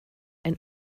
ein